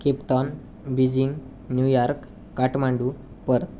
Cape Town Beijing New York Kathmandu Perth